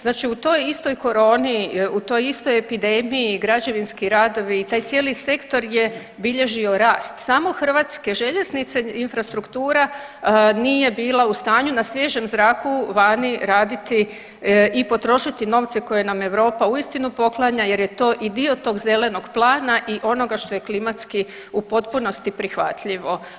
Znači u toj istoj koroni, u toj istoj epidemiji građevinski radovi i taj cijeli sektor je bilježio rast samo HŽ Infrastruktura nije bila u stanju na svježem zraku vani raditi i potrošiti novce koje nam Europa uistinu poklanja jer je to i dio tog zelenog plana i onoga što je klimatski u potpunosti prihvatljivo.